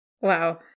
Wow